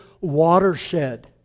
watershed